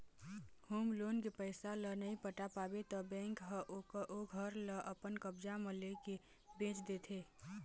home loan के पइसा ल नइ पटा पाबे त बेंक ह ओ घर ल अपन कब्जा म लेके बेंच देथे